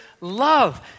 love